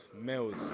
males